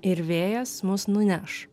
ir vėjas mus nuneš